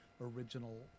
original